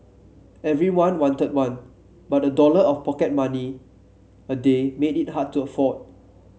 everyone wanted one but a dollar of pocket money a day made it hard to afford